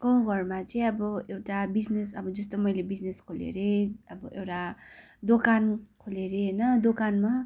गाउँ घरमा चाहिँ आबो एउटा बिजनेस अब जस्तो मैले बिजनेस खोले हरे अब एउटा दोकान खोले हरे होइन दोकानमा